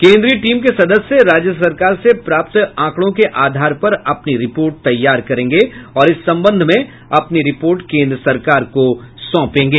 केंद्रीय टीम के सदस्य राज्य सरकार से प्राप्त आंकड़ों के आधार पर अपनी रिपोर्ट तैयार करेंगे और इस संबंध में अपनी रिपोर्ट केंद्र सरकार को सौंपेंगे